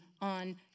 on